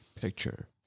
picture